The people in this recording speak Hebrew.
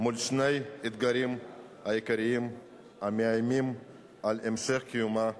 מול שני אתגרים עיקריים המאיימים על המשך קיומה: